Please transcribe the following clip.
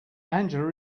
angela